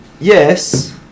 Yes